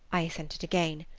i assented again.